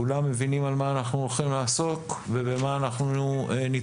כולם מבינים במה אנחנו הולכים לעסוק ובמה נתמקד?